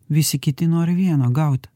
visi kiti nori vieno gaut